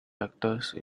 lactose